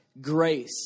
grace